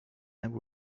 and